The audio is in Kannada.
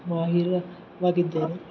ಮಾಹಿರವಾಗಿದ್ದೇನೆ